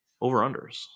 over-unders